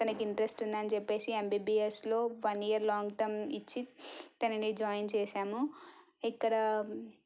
తనకి ఇంట్రస్ట్ ఉందని చెప్పేసి ఎంబీబీఎస్లో వన్ ఇయర్ లాంగ్టర్మ్ ఇచ్చి తనని జాయిన్ చేసాము ఇక్కడ